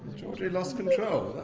georgie lost control,